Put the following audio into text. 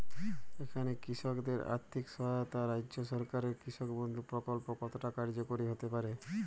এখানে কৃষকদের আর্থিক সহায়তায় রাজ্য সরকারের কৃষক বন্ধু প্রক্ল্প কতটা কার্যকরী হতে পারে?